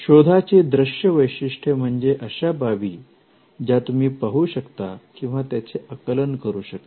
शोधाची दृश्य वैशिष्ट्य म्हणजे अशा बाबी ज्या तुम्ही पाहू शकता किंवा त्याचे आकलन करू शकत